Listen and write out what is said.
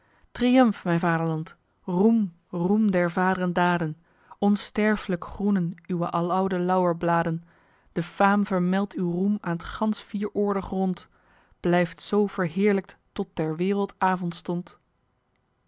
myn vaderland roem roem der vaedren daden onsterflyk groenen uwe aloude lauwerbladen de faem vermeldt uw roem aen t gansch vieroordig rond blyft zoo verheerlykt tot der wereld avondstond